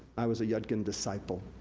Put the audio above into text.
i was a yudkin disciple.